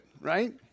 right